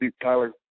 Tyler